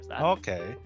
Okay